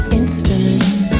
instruments